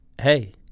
hey